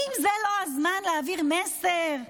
האם זה לא הזמן להעביר מסר?